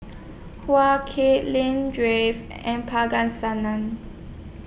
Hak Lien Dave and Singh